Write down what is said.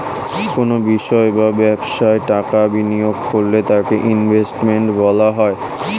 কোনো বিষয় বা ব্যবসায় টাকা বিনিয়োগ করলে তাকে ইনভেস্টমেন্ট বলা হয়